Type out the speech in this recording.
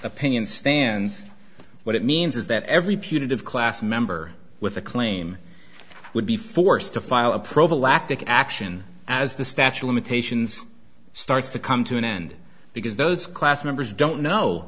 opinion stands what it means is that every punitive class member with a claim would be forced to file a prophylactic action as the statue limitations starts to come to an end because those class members don't know